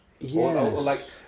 Yes